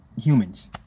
humans